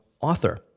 author